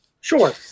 Sure